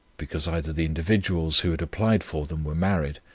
because either the individuals, who had applied for them, were married,